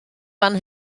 fan